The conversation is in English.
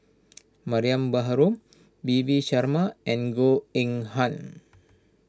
Mariam Baharom P V Sharma and Goh Eng Han